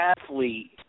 athlete